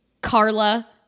Carla